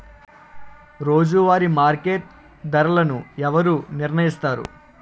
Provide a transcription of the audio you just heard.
రోజువారి మార్కెట్ ధరలను ఎవరు నిర్ణయిస్తారు?